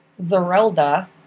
Zerelda